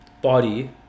Body